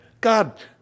god